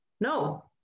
No